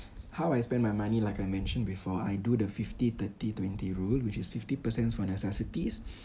how I spend my money like I mentioned before I do the fifty thirty twenty rule which is fifty percent is for necessities